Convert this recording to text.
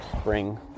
spring